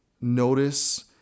notice